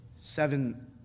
seven